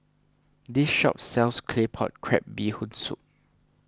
this shop sells Claypot Crab Bee Hoon Soup